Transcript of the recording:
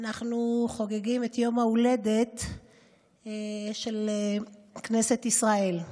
אנחנו חוגגים את יום ההולדת של כנסת ישראל.